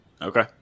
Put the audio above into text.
Okay